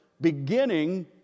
beginning